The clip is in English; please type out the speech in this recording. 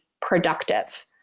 productive